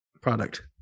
product